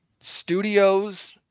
Studios